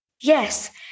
Yes